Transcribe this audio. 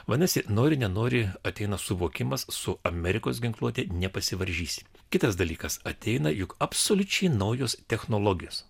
vadinasi nori nenori ateina suvokimas su amerikos ginkluote nepasivaržysi kitas dalykas ateina juk absoliučiai naujos technologijos